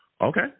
Okay